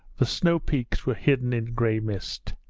the snow-peaks were hidden in grey mist.